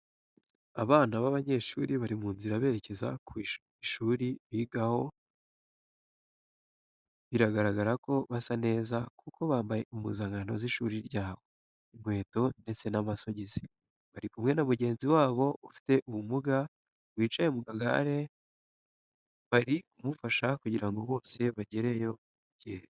Abana b'abanyeshuri bari mu nzira berekeza ku ishuri bigaho biragaragara ko basa neza kuko bambaye impuzankano z'ishuri ryabo, inkweto ndetse n'amasogisi, bari kumwe na mugenzi wabo ufite ubumuga wicaye mu kagare bari kumufasha kugira ngo bose bagereyo ku gihe.